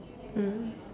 mm